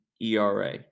ERA